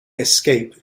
escape